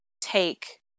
take